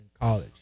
college